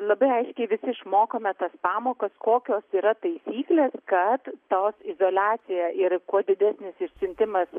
labai aiškiai visi išmokome tas pamokas kokios yra taisyklės kad tos izoliacija ir kuo didesnis išsiuntimas